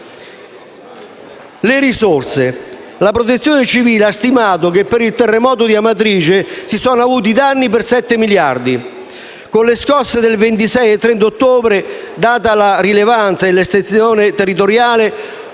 le risorse, la Protezione civile ha stimato che per il terremoto di Amatrice si sono verificati danni per 7 miliardi di euro, mentre con le scosse del 26 e 30 ottobre, data la rilevanza e l'estensione territoriale,